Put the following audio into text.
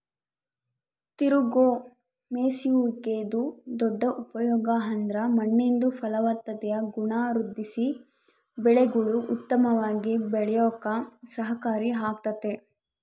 ತಿರುಗೋ ಮೇಯ್ಸುವಿಕೆದು ದೊಡ್ಡ ಉಪಯೋಗ ಅಂದ್ರ ಮಣ್ಣಿಂದು ಫಲವತ್ತತೆಯ ಗುಣ ವೃದ್ಧಿಸಿ ಬೆಳೆಗುಳು ಉತ್ತಮವಾಗಿ ಬೆಳ್ಯೇಕ ಸಹಕಾರಿ ಆಗ್ತತೆ